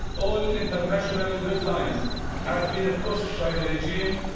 all yeah international red lines have been crossed by the regime,